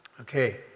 Okay